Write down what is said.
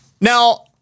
Now